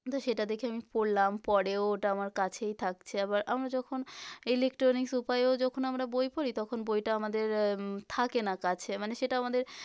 তো সেটা দেখে আমি পড়লাম পরেও ওটা আমার কাছেই থাকছে আবার আমরা যখন ইলেকট্রনিক্স উপায়েও যখন আমরা বই পড়ি তখন বইটা আমাদের থাকে না কাছে মানে সেটা আমাদের